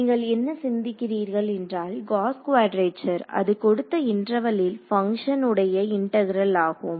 நீங்கள் என்ன சிந்திக்கிறீர்கள் என்றால் காஸ் குவடேசர் அது கொடுத்த இன்டெர்வலில் பங்க்ஷன் உடைய இன்டகாரல் ஆகும்